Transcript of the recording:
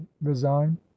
resign